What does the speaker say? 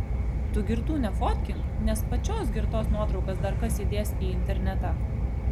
tu girtų nefotkink nes pačios girtos nuotraukas dar kas įdės į internetą